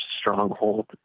stronghold